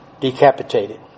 decapitated